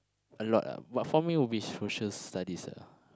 a lot ah but for me would be Social-Studies ah